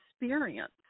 experience